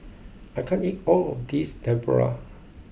I can't eat all of this Tempura